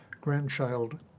grandchild